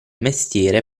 mestiere